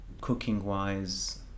Cooking-wise